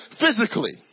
physically